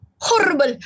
horrible